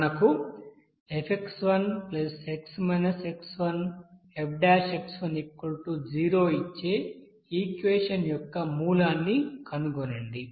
అది f0 మనకు ఇచ్చే ఈక్వెషన్ యొక్క మూలాన్ని కనుగొనండి